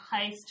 heist